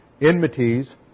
Enmities